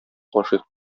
гашыйк